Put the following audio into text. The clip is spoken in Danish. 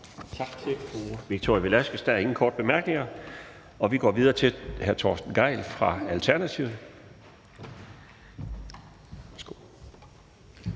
Tak til hr.